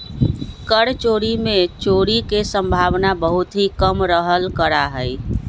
कर चोरी में चोरी के सम्भावना बहुत ही कम रहल करा हई